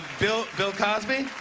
bill bill cosby?